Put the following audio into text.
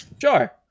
Sure